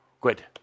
good